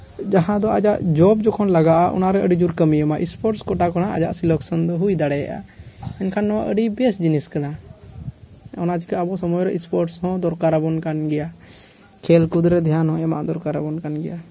ᱡᱟᱦᱟᱸ ᱫᱚ ᱟᱡᱟᱜ ᱡᱚᱵ ᱡᱚᱠᱷᱚᱱ ᱞᱟᱜᱟ ᱟ ᱚᱱᱟᱨᱮ ᱟᱹᱰᱤ ᱡᱳᱨ ᱠᱟᱹᱢᱤ ᱮᱢᱟᱭ ᱥᱯᱳᱨᱴᱥ ᱠᱳᱴᱟ ᱠᱷᱚᱱᱟᱜ ᱟᱡᱟᱜ ᱥᱤᱞᱮᱠᱥᱚᱱ ᱫᱚ ᱦᱩᱭ ᱫᱟᱲᱮᱭᱟᱜᱼᱟ ᱢᱮᱱᱠᱷᱟᱱ ᱱᱚᱣᱟ ᱟᱹᱰᱤ ᱵᱮᱥ ᱡᱤᱱᱤᱥ ᱠᱟᱱᱟ ᱚᱱᱟ ᱡᱚᱠᱷᱚᱡ ᱟᱵᱚ ᱥᱟᱢᱟᱝ ᱨᱮ ᱥᱯᱳᱨᱴᱥ ᱦᱚᱸ ᱫᱚᱨᱠᱟᱨᱟᱵᱚᱱ ᱠᱟᱱ ᱜᱮᱭᱟ ᱠᱷᱮᱞ ᱠᱷᱩᱫ ᱨᱮ ᱫᱮᱭᱟᱱ ᱦᱚᱸ ᱮᱢᱟᱜ ᱫᱚᱨᱠᱟᱨᱟᱵᱚᱱ ᱠᱟᱱ ᱜᱮᱭᱟ